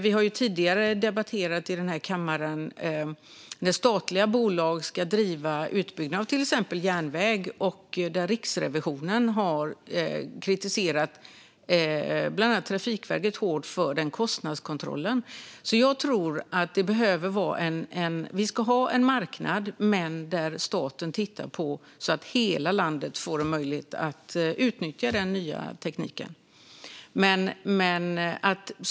Vi har tidigare i den här kammaren debatterat statliga bolag som ska driva utbyggnad av till exempel järnväg och att Riksrevisionen har kritiserat bland annat Trafikverket hårt för kostnadskontrollen. Jag tror därför att vi ska ha en marknad men att staten ska titta på detta så att hela landet får en möjlighet att utnyttja den nya tekniken.